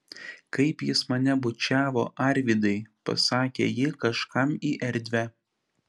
kaip jis mane bučiavo arvydai pasakė ji kažkam į erdvę